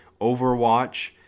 Overwatch